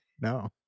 no